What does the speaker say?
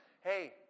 hey